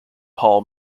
paul